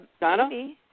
Donna